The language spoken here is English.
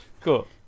Cool